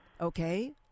Okay